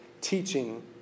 teaching